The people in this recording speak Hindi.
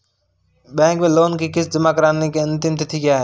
बैंक में लोंन की किश्त जमा कराने की अंतिम तिथि क्या है?